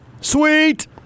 Sweet